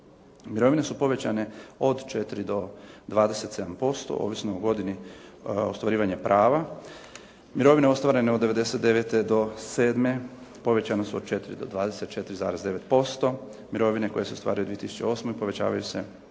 Mirovine su povećane od 4 do 27% ovisno o godini ostvarivanja prava. Mirovine ostvarene od 99. do 07. povećane su od 4 do 24,9%, mirovine koje se ostvaruju u 2008. povećavaju se